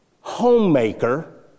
homemaker